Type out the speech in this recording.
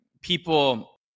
people